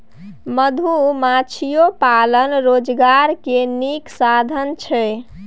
मधुमाछियो पालन रोजगार के नीक साधन छइ